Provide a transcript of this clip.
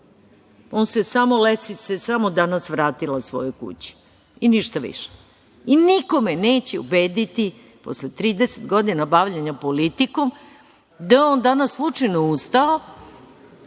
On se samo - Lesi se danas vratila svojoj kući, i ništa više. I niko me neće ubediti posle 30 godina bavljenja politikom, da je on danas slučajno ustao,